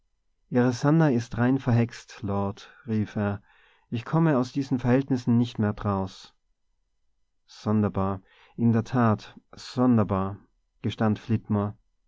ihre sannah ist rein verhext lord rief er ich komme aus diesen verhältnissen nicht mehr draus sonderbar in der tat sonderbar gestand